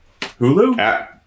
Hulu